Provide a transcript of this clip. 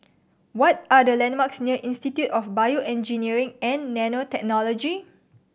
what are the landmarks near Institute of BioEngineering and Nanotechnology